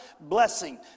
blessing